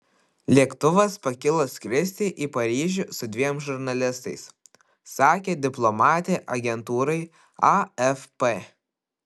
lėktuvas pakilo skristi į paryžių su dviem žurnalistais sakė diplomatė agentūrai afp